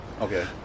Okay